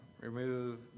remove